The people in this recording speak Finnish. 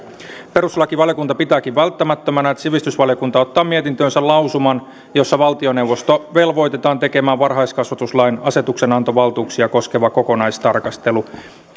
perustuslakivaliokunta pitääkin välttämättömänä että sivistysvaliokunta ottaa mietintöönsä lausuman jossa valtioneuvosto velvoitetaan tekemään varhaiskasvatuslain asetuksenantovaltuuksia koskeva kokonaistarkastelu